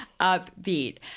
upbeat